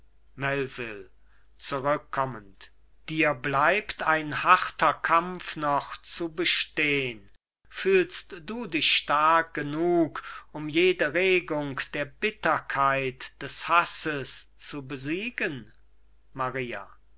dir bleibt ein harter kampf noch zu bestehn fühlst du dich stark genug um jede regung der bitterkeit des hasses zu besiegen maria